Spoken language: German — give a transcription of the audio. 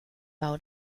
bau